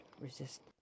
resist